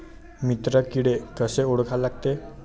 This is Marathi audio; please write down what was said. मित्र किडे कशे ओळखा लागते?